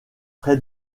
près